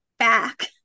back